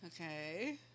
Okay